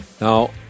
Now